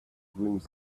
dreams